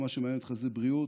ומה שמעניין אותך זה בריאות,